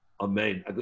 Amen